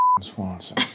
Swanson